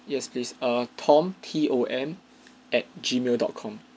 yes please err tom T O M at gmail dot com